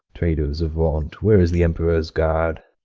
traitors, avaunt! where is the emperor's guard?